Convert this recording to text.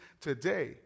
today